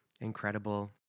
incredible